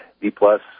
B-plus